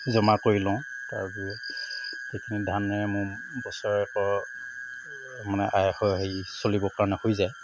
জমা কৰি লওঁ তাৰ উপৰিও সেইখিনি ধানেৰে মোৰ বছৰেকৰ মানে আয় হয় হেৰি মানে চলিবৰ কাৰণে হৈ যায়